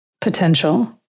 potential